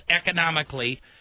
economically